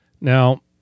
Now